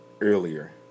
earlier